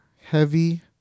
heavy